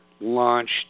launched